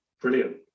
brilliant